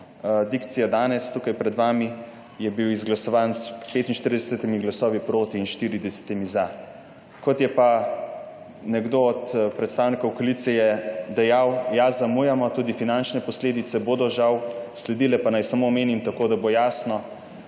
dikcija je danes tukaj pred vami, izglasovan s 45 glasovi proti in 40 za. Kot je pa nekdo od predstavnikov koalicije dejal, ja, zamujamo, tudi finančne posledice bodo žal sledile, pa naj samo omenim, tako da bo jasno,